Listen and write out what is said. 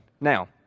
Now